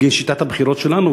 וזאת בגין שיטת הבחירות שלנו,